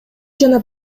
жана